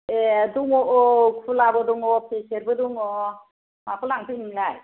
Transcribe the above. ए दङ औ खुलाबो दङ पेकेट बो दङ माखौ लांफैयो नोंलाय